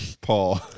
Paul